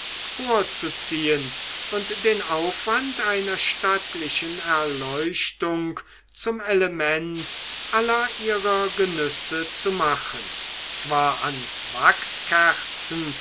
vorzuziehen und den aufwand einer stattlichen erleuchtung zum element aller ihrer genüsse zu machen zwar an wachskerzen